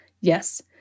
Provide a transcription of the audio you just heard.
Yes